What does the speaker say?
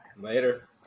Later